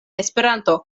esperanto